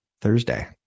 Thursday